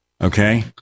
okay